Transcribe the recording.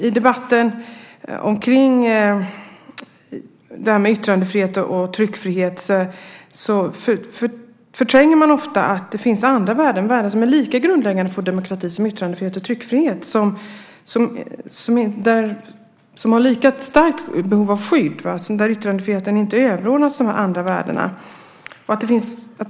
I debatten om yttrandefrihet och tryckfrihet förtränger man ofta att det även finns andra värden, värden som är lika grundläggande för demokratin som yttrandefrihet och tryckfrihet, som har lika starkt behov av skydd och där yttrandefriheten inte överordnas de andra värdena.